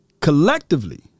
collectively